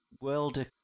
world